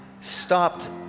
stopped